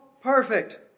perfect